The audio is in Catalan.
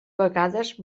vegades